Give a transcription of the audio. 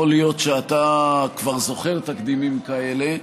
יכול להיות שאתה כבר זוכר תקדימים כאלה.